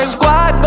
squad